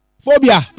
Phobia